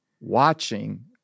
watching